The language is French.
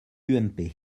ump